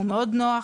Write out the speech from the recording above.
הוא מאוד נוח,